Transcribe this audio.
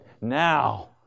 now